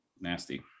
Nasty